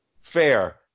fair